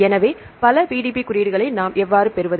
எனவே பல PDB குறியீடுகளை நாம் எவ்வாறு பெறுவது